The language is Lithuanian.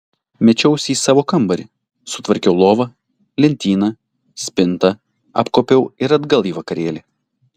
mečiausi į savo kambarį sutvarkiau lovą lentyną spintą apkuopiau ir atgal į vakarėlį